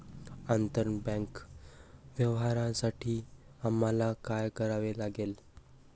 आंतरबँक व्यवहारांसाठी आम्हाला काय करावे लागेल?